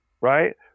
right